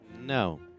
No